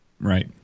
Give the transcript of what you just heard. Right